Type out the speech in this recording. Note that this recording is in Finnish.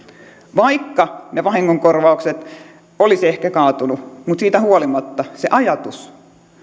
vaikka ne vahingonkorvaukset olisivat ehkä kaatuneet siitä huolimatta on se ajatus